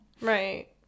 right